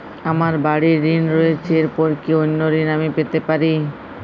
আমার বাড়ীর ঋণ রয়েছে এরপর কি অন্য ঋণ আমি পেতে পারি?